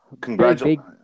congratulations